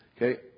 Okay